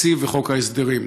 התקציב וחוק ההסדרים.